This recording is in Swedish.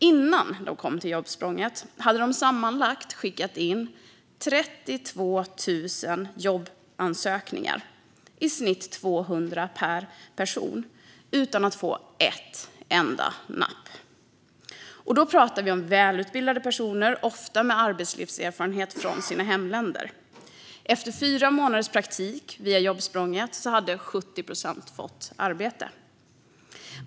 Innan de kom till Jobbsprånget hade de sammanlagt skickat in 32 000 jobbansökningar - i snitt 200 per person - utan att få ett enda napp. Då pratar vi ändå om välutbildade personer, ofta med arbetslivserfarenhet från sina hemländer. Efter fyra månaders praktik via Jobbsprånget hade 70 procent fått arbete.